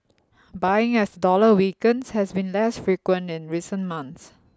buying as the dollar weakens has been less frequent in recent months